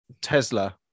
tesla